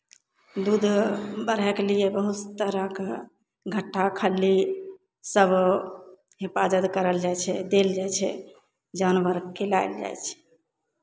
दूध बढ़यके लिए बहुत तरहके घट्ठा खल्लीसभ हिफाजत करल जाइ छै देल जाइ छै जानवरकेँ खिलायल जाइ छै